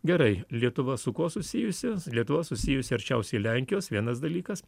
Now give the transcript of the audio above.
gerai lietuva su kuo susijusi lietuva susijusi arčiausiai lenkijos vienas dalykas